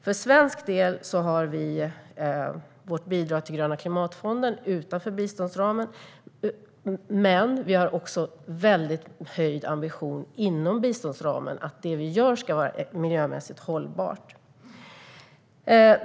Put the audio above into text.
För svensk del bidrar vi till Gröna klimatfonden utanför biståndsramen, men vi har också en kraftigt höjd ambition inom biståndsramen: Det vi gör ska vara miljömässigt hållbart.